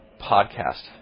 Podcast